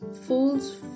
Fools